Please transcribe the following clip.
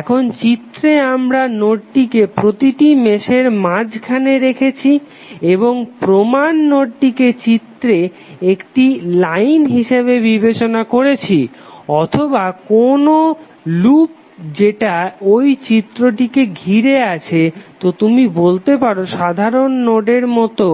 এখন চিত্রে আমরা নোডটিকে প্রতিটি মেশের মাঝখানে রেখেছি এবং প্রমান নোডকে চিত্রে একটি লাইন হিসাবে বিবেচনা করছি অথবা কোনো লুপ যেটা ঐ চিত্রটিকে ঘিরে আছে তো তুমি বলতে পারো সাধারণ নোডের মতো